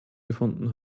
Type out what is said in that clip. gefunden